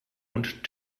und